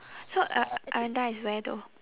so uh aranda is where though